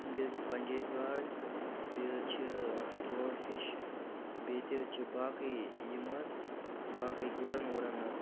بیٚیہِ حظ چھِ پَنجٲبۍ گاڈ بیٚیہِ حظ چھِ ترٛوٹ فِش بیٚیہِ تہِ حظ چھِ باقٕے یِم حظ باقٕے گُرَن وُرَن حظ